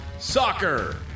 Soccer